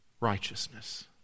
righteousness